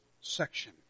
section